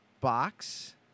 box